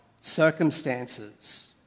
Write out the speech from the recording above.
circumstances